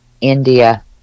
India